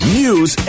news